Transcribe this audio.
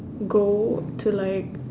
go to like